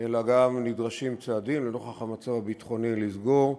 אלא גם נדרשים לנוכח המצב הביטחוני צעדים בשביל לסגור.